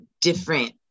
different